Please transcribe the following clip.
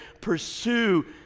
pursue